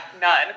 none